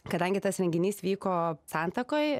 kadangi tas renginys vyko santakoj